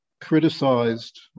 criticized